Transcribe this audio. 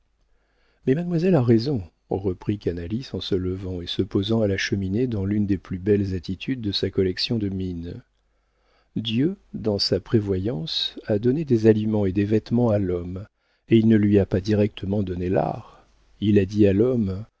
mais mademoiselle a raison reprit canalis en se levant et se posant à la cheminée dans l'une des plus belles attitudes de sa collection de mines dieu dans sa prévoyance a donné des aliments et des vêtements à l'homme et il ne lui a pas directement donné l'art il a dit à l'homme